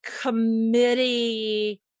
committee